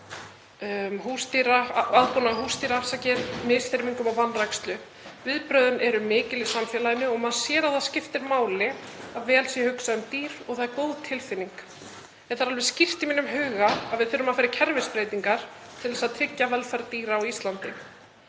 aðbúnað húsdýra, misþyrmingar og vanrækslu. Viðbrögðin eru mikil í samfélaginu og maður sér að það skiptir máli að vel sé hugsað um dýr, og það er góð tilfinning. Það er alveg skýrt í mínum huga að við þurfum að fara í kerfisbreytingar til að tryggja velferð dýra á Íslandi.